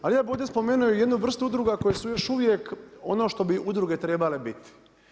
Ali ja bih ovdje spomenuo i jednu vrstu udruga koje su još uvijek ono što bi udruge trebale biti.